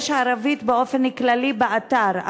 יש ערבית באופן כללי באתר,